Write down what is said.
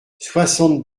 soixante